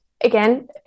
again